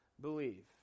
believe